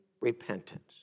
repentance